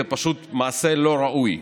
זה פשוט מעשה לא ראוי,